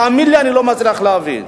תאמין לי, אני לא מצליח להבין.